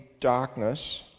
darkness